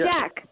Jack